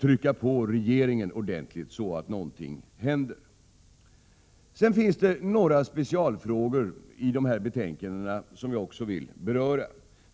trycka på regeringen ordentligt, så att någonting händer. Det finns vidare i dessa betänkanden några specialfrågor som jag vill beröra.